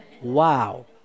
Wow